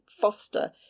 Foster